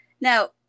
Now